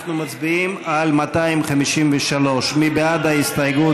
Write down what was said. אנחנו מצביעים על 253. מי בעד ההסתייגות?